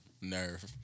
Nerve